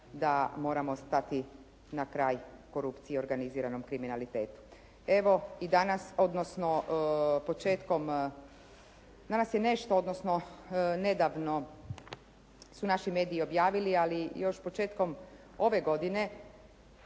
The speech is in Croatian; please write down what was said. da moramo stati na kraj korupciji i organiziranom kriminalitetu. Evo i danas, odnosno početkom, danas je nešto odnosno nedavno su naši mediji objavili. Ali još početkom ove godine